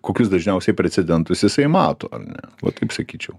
kokius dažniausia precedentus jisai mato ar ne va taip sakyčiau